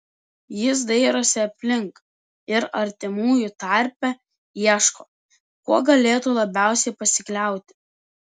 jis dairosi aplink ir artimųjų tarpe ieško kuo galėtų labiausiai pasikliauti